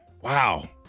wow